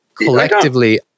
collectively